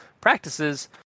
practices